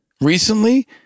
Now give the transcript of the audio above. Recently